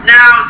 Now